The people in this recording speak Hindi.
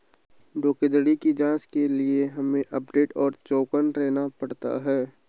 धोखाधड़ी की जांच के लिए हमे अपडेट और चौकन्ना रहना पड़ता है